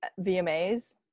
VMAs